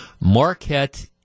marquette